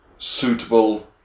suitable